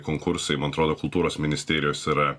konkursai man atrodo kultūros ministerijos yra